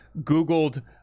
Googled